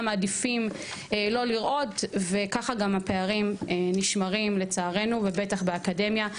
מעדיפים לא לראות וככה הפערים נשמרים לצערנו ובטח באקדמיה.